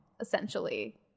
essentially